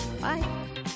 Bye